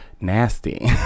nasty